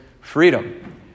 freedom